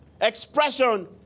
expression